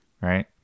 Right